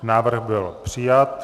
Návrh byl přijat.